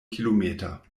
kilometer